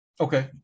Okay